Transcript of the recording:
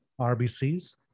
RBCs